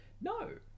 no